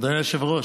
אדוני היושב-ראש,